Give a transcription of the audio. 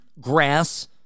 grass